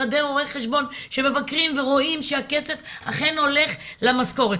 משרדי רו"ח שמבקרים ורואים שהכסף אכן הולך למשורת,